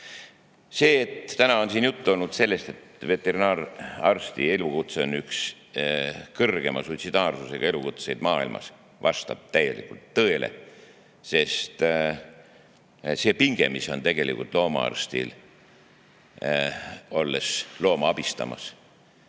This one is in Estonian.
See, et täna on siin juttu olnud sellest, et veterinaararsti elukutse on üks kõrgema suitsidiaarsusega elukutseid maailmas, vastab täielikult tõele, sest see pinge, mis on loomaarstil, kui ta looma abistab,